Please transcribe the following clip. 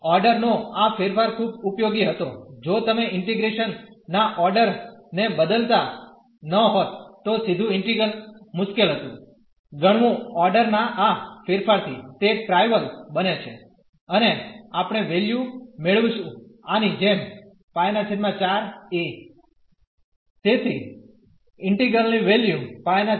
તેથી ઓર્ડર નો આ ફેરફાર ખૂબ ઉપયોગી હતો જો તમે ઇન્ટીગ્રેશન ના ઓર્ડર ને બદલતા ન હોત તો સીધું ઇન્ટીગ્રલ મુશ્કેલ હતું ગણવું ઓર્ડર ના આ ફેરફાર થી તે ટ્રાઈવલ બને છે અને આપણે વેલ્યુ મેળવીશું આની જેમ તેથી ઇન્ટીગ્રલ ની વેલ્યુ છે